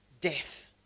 death